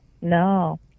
No